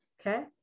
okay